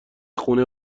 خونه